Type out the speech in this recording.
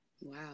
Wow